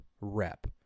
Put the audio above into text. rep